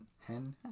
hen